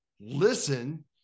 listen